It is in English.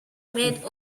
made